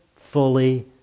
fully